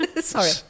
Sorry